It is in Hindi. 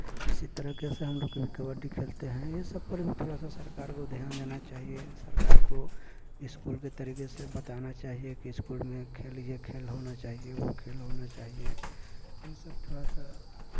इसी तरीके से हम लोग कभी कबड्डी खेलते हैं ये सब पर भी थोड़ा सा सरकार को ध्यान देना चाहिए सरकार को इस्कूल के तरीके से बताना चाहिए कि इस्कूल में खेल ये खेल होना चाहिए वो खेल होना चाहिए ये सब थोड़ा सा